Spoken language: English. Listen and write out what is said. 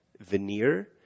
veneer